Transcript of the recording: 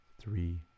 three